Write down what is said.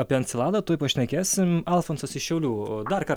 apie enceladą tuoj pašnekėsim alfonsas iš šiaulių dar kartą